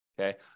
Okay